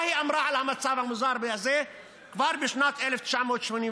מה היא אמרה על המצב המוזר הזה כבר בשנת 1988?